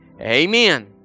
Amen